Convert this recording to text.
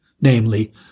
namely